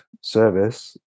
service